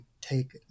take